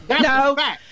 No